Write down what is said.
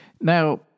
Now